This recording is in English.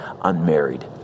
unmarried